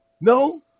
No